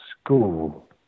school